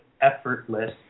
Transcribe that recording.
effortless